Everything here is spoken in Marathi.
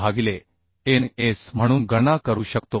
भागिले N s म्हणून गणना करू शकतो